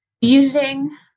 Using